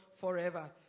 forever